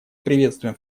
приветствуем